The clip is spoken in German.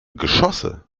geschosse